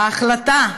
ההחלטה,